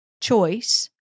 choice